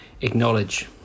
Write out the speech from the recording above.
acknowledge